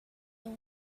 that